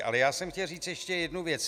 Ale já jsem chtěl říct ještě jednu věc.